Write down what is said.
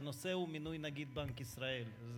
שהנושא הוא מינוי נגיד בנק ישראל.